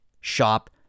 shop